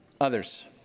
others